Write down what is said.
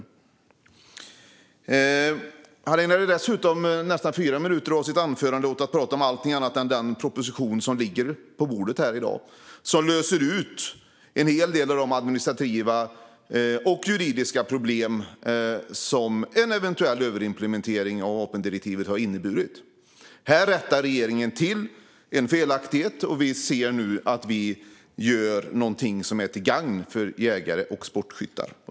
Sten Bergheden ägnade dessutom nästan fyra minuter av sitt anförande åt att prata om allting annat än den proposition som ligger på bordet här i dag och som löser ut en hel del av de administrativa och juridiska problem som en eventuell överimplementering av vapendirektivet har inneburit. Här rättar regeringen till en felaktighet, och vi ser nu att vi gör någonting som är till gagn för jägare och sportskyttar.